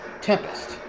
Tempest